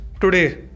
today